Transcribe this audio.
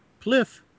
Pliff